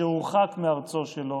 כאשר הורחק מארצו שלו,